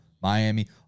Miami